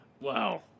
wow